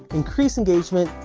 increase engagement,